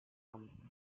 some